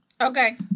Okay